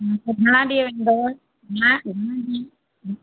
हा त घणा ॾींहं वेंदव घणा घणा ॾींहं हा